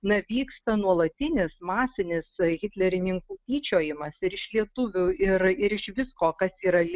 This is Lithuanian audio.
na vyksta nuolatinis masinis hitlerininkų tyčiojimąsi ir iš lietuvių ir iš visko kas yra